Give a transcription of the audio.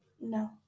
No